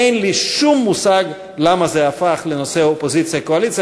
אין לי שום מושג למה זה הפך לנושא של אופוזיציה קואליציה.